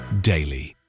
daily